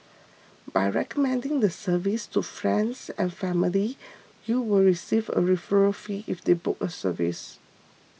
by recommending the service to friends and family you will receive a referral fee if they book a service